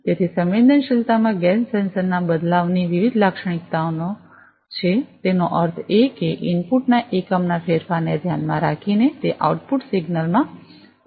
તેથી સંવેદનશીલતામાં ગેસ સેન્સરના બદલાવની વિવિધ લાક્ષણિકતાઓ છે તેનો અર્થ એ કે ઇનપુટ ના એકમના ફેરફારને ધ્યાનમાં રાખીને તે આઉટપુટ સિગનલમાં પરિવર્તન થાય છે